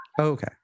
Okay